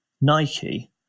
Nike